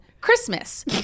christmas